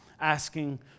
asking